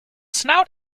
snout